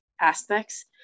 aspects